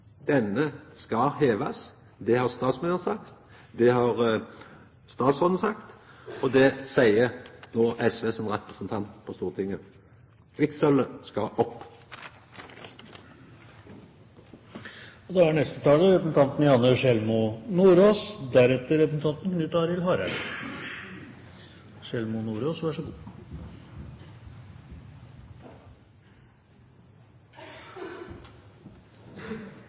denne ubåten skal hevast. Det har statsministeren sagt, det har statsråden sagt, og det seier no SVs representant på Stortinget. Kvikksølvet skal opp.